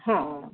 हां